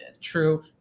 True